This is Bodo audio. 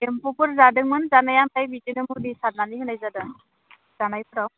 एम्फौफोर जादोंमोन जानाया ओमफ्राय बिदिनो मुलि सारनानै होनाय जादों जानायफोराव